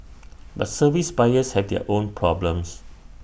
but service buyers have their own problems